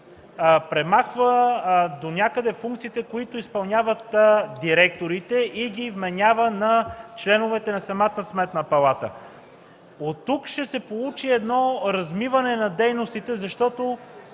премахва донякъде функциите, които изпълняват директорите, и ги вменява на членовете на Сметната палата. Оттук ще се получи размиване на дейностите, защото